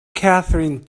catherine